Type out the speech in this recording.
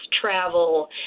travel